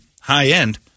high-end